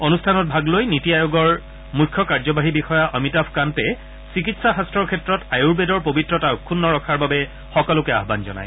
অনুষ্ঠানত ভাগ লৈ নিটী আয়োগৰ মুখ্য কাৰ্যবাহী বিষয়া অমিতাভ কান্তে চিকিৎসা শাস্তৰ ক্ষেত্ৰত আয়ুৰ্বেদৰ পবিত্ৰতা অক্ষুণ্ণ ৰক্ষাৰ বাবে সকলোকে আহান জনায়